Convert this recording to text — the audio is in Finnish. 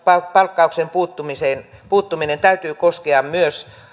alipalkkaukseen puuttumisen puuttumisen täytyy koskea myös